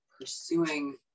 pursuing